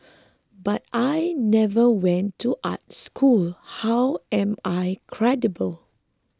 but I never went to art school how am I credible